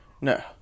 No